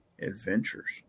adventures